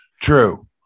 true